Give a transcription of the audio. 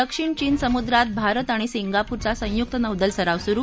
दक्षिण चीन समुद्रात भारत आणि सिंगापूरचा संयुक्त नौदल सराव सुरु